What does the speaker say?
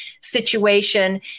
situation